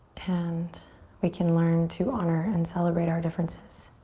and we can learn to honor and celebrate our differences.